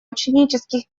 ученических